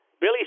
Billy